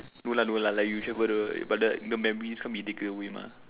no lah no lah like you travel the but like the memories can't be taken away mah